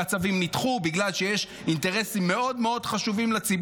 והצווים נדחו בגלל שיש אינטרסים חשובים מאוד מאוד לציבור,